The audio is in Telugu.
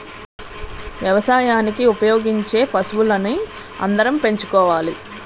వ్యవసాయానికి ఉపయోగించే పశువుల్ని అందరం పెంచుకోవాలి